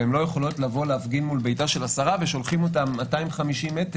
והן לא יכולות להפגין מול ביתה של השרה ושולחים אותן 250 מ'